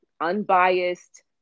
unbiased